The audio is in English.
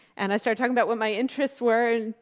and i started talking about what my interests were,